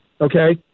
okay